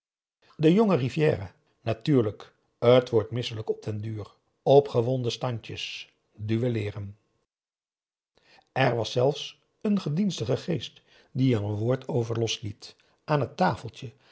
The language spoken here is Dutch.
de jonge rivière natuurlijk t wordt misselijk op den duur opgewonden standje duëlleeren er was zelfs een gedienstige geest die er een woord over losliet aan het tafeltje